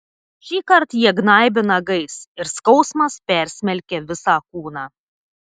šįkart jie gnaibė nagais ir skausmas persmelkė visą kūną